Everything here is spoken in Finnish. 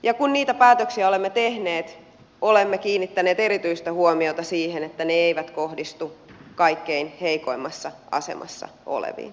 ja kun niitä päätöksiä olemme tehneet olemme kiinnittäneet erityistä huomiota siihen että ne eivät kohdistu kaikkein heikoimmassa asemassa oleviin